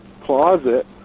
closet